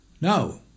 no